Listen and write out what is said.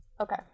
Okay